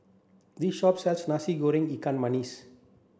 this shop sells Nasi Goreng Ikan